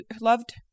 loved